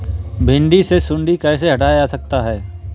भिंडी से सुंडी कैसे हटाया जा सकता है?